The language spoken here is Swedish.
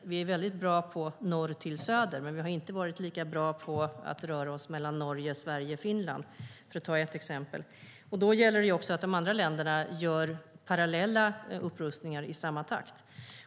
Vi är bra på norr till söder, men vi har inte varit lika bra på att röra oss mellan Norge, Sverige och Finland. Då gäller det att de andra länderna gör parallella upprustningar i samma takt.